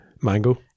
Mango